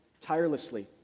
tirelessly